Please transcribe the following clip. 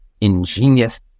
ingenious